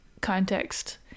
context